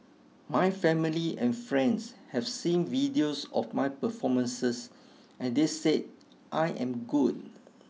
my family and friends have seen videos of my performances and they said I am good